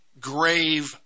grave